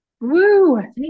Woo